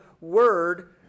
word